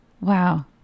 Wow